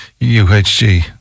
UHG